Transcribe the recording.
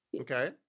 Okay